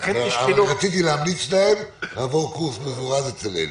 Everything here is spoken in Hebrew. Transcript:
רציתי להמליץ להם לעבור קורס מזורז אצל אלי...